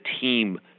team